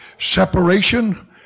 Separation